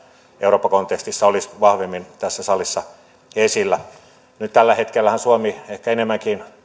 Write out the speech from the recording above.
eurooppa kontekstissa olisi vahvemmin tässä salissa esillä tällä hetkellähän suomi ehkä enemmänkin